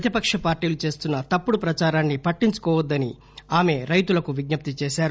ప్రతిపక్ష పార్టీలు చేస్తున్న తప్పుడు ప్రచారాన్ని పట్టించుకోవద్దని ఆమె రైతులకు విజ్ఞప్తి చేశారు